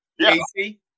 Casey